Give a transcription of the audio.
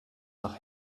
nach